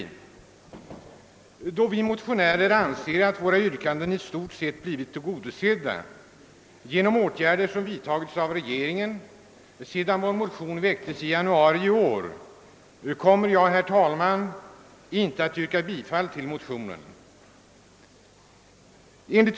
Eftersom vi motionärer anser att våra yrkanden i stort sett har blivit tillgodosedda genom åtgärder som vidtagits av regeringen sedan motionen väcktes i januari i år kommer jag inte här att yrka bifall till motionen.